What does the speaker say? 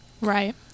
Right